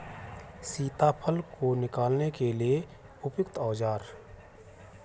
सीताफल को निकालने के लिए उपयुक्त औज़ार?